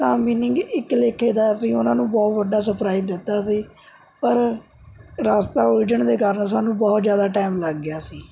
ਤਾਂ ਮੀਨਿੰਗ ਇੱਕ ਲੇਖੇ ਦਾ ਅਸੀਂ ਉਹਨਾਂ ਨੂੰ ਬਹੁਤ ਵੱਡਾ ਸਪ੍ਰਾਇਜ਼ ਦਿੱਤਾ ਸੀ ਪਰ ਰਸਤਾ ਉਲਝਣ ਦੇ ਕਾਰਨ ਸਾਨੂੰ ਬਹੁਤ ਜ਼ਿਆਦਾ ਟਾਇਮ ਲੱਗ ਗਿਆ ਸੀ